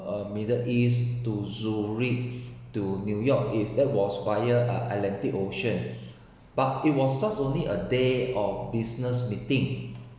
uh middle east to zurich to new york is there was via uh atlantic ocean but it was just only a day of business meetings